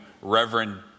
Reverend